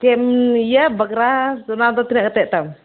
ᱪᱮᱫ ᱮᱢ ᱤᱭᱟᱹ ᱵᱟᱜᱨᱟ ᱚᱱᱟ ᱫᱚ ᱛᱤᱱᱟᱜ ᱠᱟᱛᱮ ᱛᱟᱢ